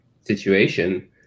situation